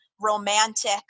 romantic